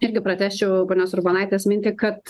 irgi pratęsčiau ponios urbonaitės mintį kad